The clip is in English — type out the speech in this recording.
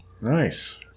Nice